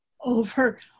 over